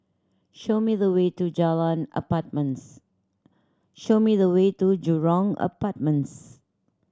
show me the way to Jalan Apartments show me the way to Jurong Apartments